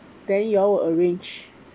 then you'll arrange